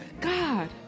God